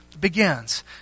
begins